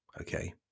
okay